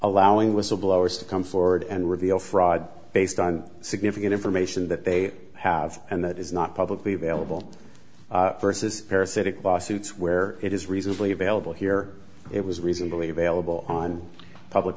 allowing whistleblowers to come forward and reveal fraud based on significant information that they have and that is not publicly available versus parasitic lawsuits where it is reasonably available here it was reasonably